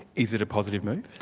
is it a positive move?